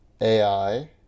AI